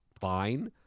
fine